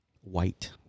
White